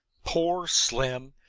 poor slim!